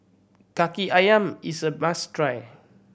Kaki Ayam is a must try